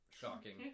Shocking